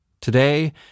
today